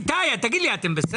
איתי, תגיד לי, אתם בסדר?